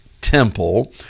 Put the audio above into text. temple